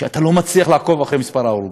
הוא שאתה לא מצליח לעקוב אחרי מספר ההרוגים.